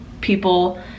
people